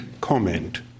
comment